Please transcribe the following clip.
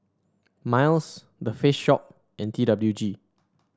Miles The Face Shop and T W G